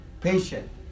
patient